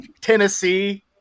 Tennessee